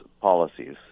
policies